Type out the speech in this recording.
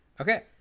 Okay